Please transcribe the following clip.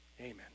Amen